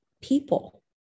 people